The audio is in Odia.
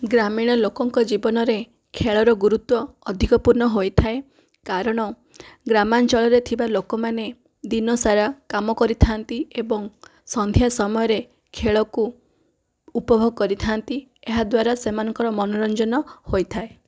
ଗ୍ରାମୀଣ ଲୋକଙ୍କ ଜୀବନରେ ଖେଳର ଗୁରୁତ୍ବ ଅଧିକ ପୂର୍ଣ୍ଣ ହୋଇଥାଏ କାରଣ ଗ୍ରାମାଞ୍ଚଳରେ ଥିବା ଲୋକମାନେ ଦିନସାରା କାମ କରିଥାନ୍ତି ଏବଂ ସନ୍ଧ୍ୟା ସମୟରେ ଖେଳକୁ ଉପଭୋଗ କରିଥାନ୍ତି ଏହା ଦ୍ବାରା ସେମାନଙ୍କର ମନୋରଞ୍ଜନ ହୋଇଥାଏ